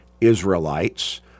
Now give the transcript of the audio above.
Israelites